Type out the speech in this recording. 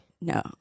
No